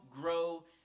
grow